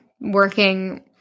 Working